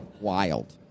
Wild